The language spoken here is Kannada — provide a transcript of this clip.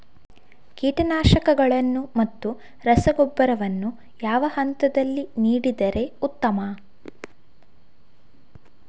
ಕೀಟನಾಶಕಗಳನ್ನು ಮತ್ತು ರಸಗೊಬ್ಬರವನ್ನು ಯಾವ ಹಂತದಲ್ಲಿ ನೀಡಿದರೆ ಉತ್ತಮ?